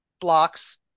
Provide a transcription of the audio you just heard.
blocks